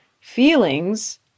feelings